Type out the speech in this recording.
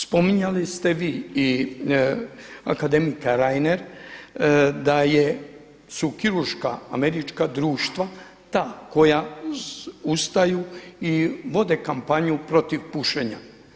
Spominjali ste vi i akademik Reiner da su kirurška američka društva ta koja ustaju i vode kampanju protiv pušenja.